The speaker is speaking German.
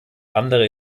andere